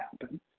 happen